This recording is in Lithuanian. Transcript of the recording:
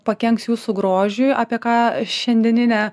pakenks jūsų grožiui apie ką šiandieninė